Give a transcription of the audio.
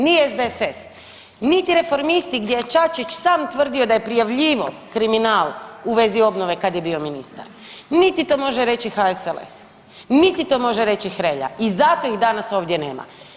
Ni SDSS, niti Reformisti gdje je Čačić sam tvrdio da je prijavljivao kriminal u vezi obnove kad je bio ministar, niti to može reći HSLS, niti to može reći Hrelja i zato ih danas ovdje nema.